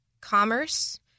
Commerce